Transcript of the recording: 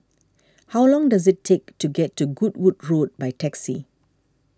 how long does it take to get to Goodwood Road by taxi